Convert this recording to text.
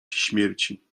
śmierci